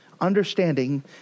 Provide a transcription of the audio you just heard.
understanding